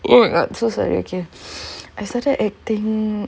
sorry okay I started acting